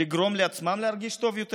לגרום לעצמם להרגיש טוב יותר?